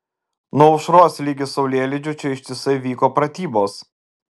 nuo aušros ligi saulėlydžio čia ištisai vyko pratybos